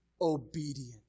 obedient